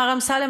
מר אמסלם,